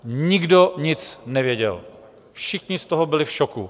Nikdo nic nevěděl, všichni z toho byli v šoku.